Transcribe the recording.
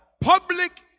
public